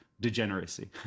degeneracy